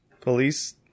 Police